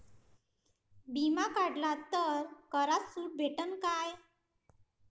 बिमा काढला तर करात सूट भेटन काय?